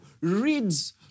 reads